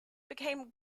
became